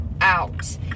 out